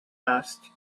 asked